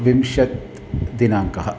विंशत्दिनाङ्कः